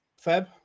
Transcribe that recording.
Feb